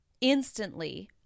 instantly